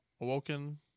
awoken